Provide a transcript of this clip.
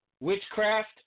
Witchcraft